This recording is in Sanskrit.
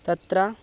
तत्र